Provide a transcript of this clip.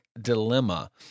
Dilemma